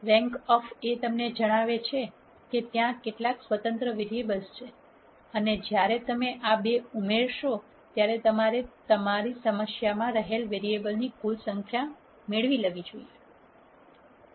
rank of A તમને જણાવે છે કે ત્યાં કેટલા સ્વતંત્ર વેરીએબલ્સ છે અને જ્યારે તમે આ બે ઉમેરશો ત્યારે તમારે તમારી સમસ્યામાં રહેલ વેરીએબલ્સની કુલ સંખ્યા મેળવી લેવી જોઈએ